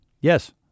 Yes